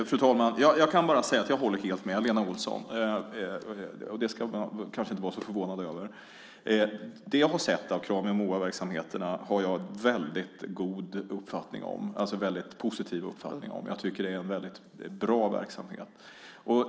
Fru talman! Jag kan bara säga att jag helt håller med Lena Olsson. Det ska man kanske inte vara så förvånad över. Det jag har sett av Krami och MOA-verksamheterna har jag en mycket positiv uppfattning om. Jag tycker att det är bra verksamheter.